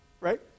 right